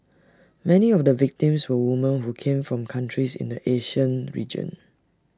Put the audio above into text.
many of the victims were women who came from countries in the Asian region